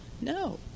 No